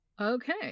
Okay